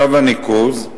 שלב הניקוז,